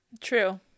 True